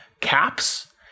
caps